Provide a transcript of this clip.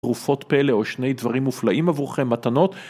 תרופות פלא או שני דברים מופלאים עבורכם מתנות